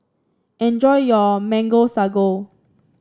enjoy your Mango Sago